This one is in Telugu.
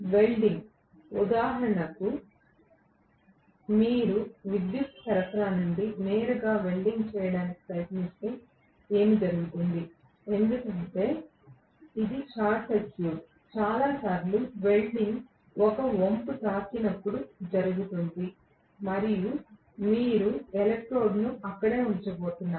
వెల్డింగ్ ఉదాహరణకు మీరు విద్యుత్ సరఫరా నుండి నేరుగా వెల్డింగ్ చేయడానికి ప్రయత్నిస్తే ఏమి జరుగుతుంది ఎందుకంటే ఇది షార్ట్ సర్క్యూట్ చాలా సార్లు వెల్డింగ్ ఒక వంపు తాకినప్పుడు జరుగుతుంది మరియు మీరు ఎలక్ట్రోడ్ను అక్కడే ఉంచబోతున్నారు